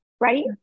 right